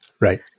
Right